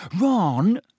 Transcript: Ron